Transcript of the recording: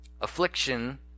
Affliction